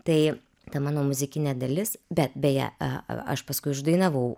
tai ta mano muzikinė dalis bet beje aš paskui uždainavau